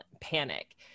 panic